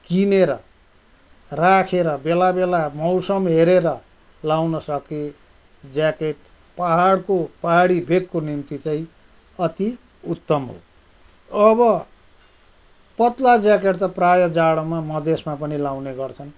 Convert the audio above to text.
किनेर राखेर बेला बेला मौसम हेरेर लाउन सके ज्याकेट पाहाडको पाहाडी भेकको निम्ति चाहिँ अति उत्तम हो अब पत्ला ज्याकेट त प्रायः जाडोमा मधेसमा पनि लाउने गर्छन्